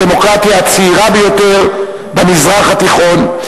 הדמוקרטיה הצעירה ביותר במזרח התיכון,